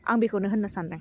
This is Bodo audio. आं बेखौनो होननो सानदों